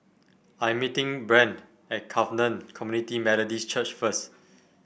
I'm meeting Brant at Covenant Community Methodist Church first